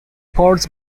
ports